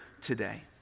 today